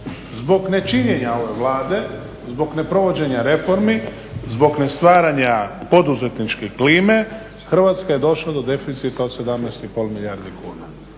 zbog nečinjenja ove Vlade, zbog ne provođenja reformi, zbog nestvaranja poduzetničke klime Hrvatska je došla do deficita od 17,5 milijardi kuna.